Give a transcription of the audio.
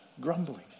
grumbling